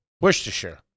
Worcestershire